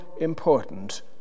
important